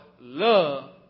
Love